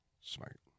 smart